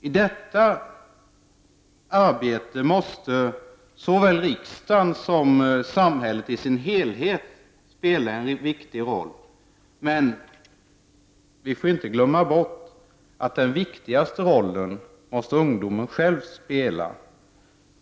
I detta arbete måste såväl riksdagen som samhället i sin helhet spela en viktig roll. Vi får dock inte glömma bort att ungdomen själv måste spela den viktigaste rollen.